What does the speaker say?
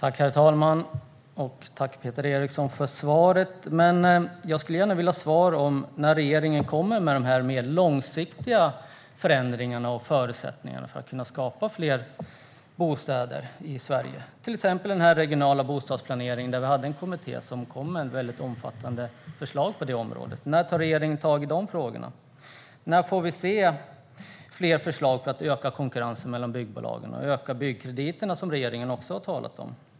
Herr talman! Tack, Peter Eriksson, för svaret! Jag vill också gärna ha svar på när regeringen kommer med de mer långsiktiga förändringarna och förutsättningarna för att kunna skapa fler bostäder i Sverige. Det gäller till exempel den regionala bostadsplaneringen. Vi hade en kommitté som kom med väldigt omfattande förslag på området. När tar regeringen tag i dessa frågor? När får vi se fler förslag för att öka konkurrensen mellan byggbolagen och öka byggkrediterna, något som regeringen också har talat om?